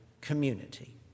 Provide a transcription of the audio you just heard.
community